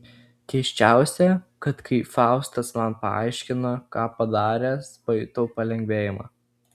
keisčiausia kad kai faustas man paaiškino ką padaręs pajutau palengvėjimą